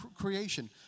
creation